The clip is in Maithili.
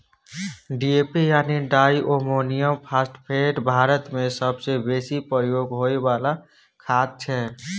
डी.ए.पी यानी डाइ अमोनियम फास्फेट भारतमे सबसँ बेसी प्रयोग होइ बला खाद छै